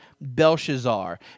Belshazzar